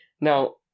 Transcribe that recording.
Now